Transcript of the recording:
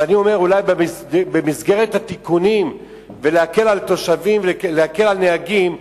אני אומר שאולי במסגרת התיקונים להקל על תושבים ולהקל על נהגים,